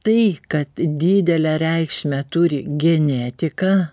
tai kad didelę reikšmę turi genetika